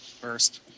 First